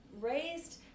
raised